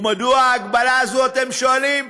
ומדוע ההגבלה הזאת, אתם שואלים?